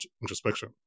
introspection